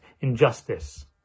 injustice